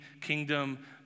kingdom